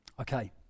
Okay